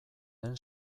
den